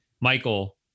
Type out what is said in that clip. Michael